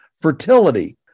fertility